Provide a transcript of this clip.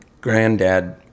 granddad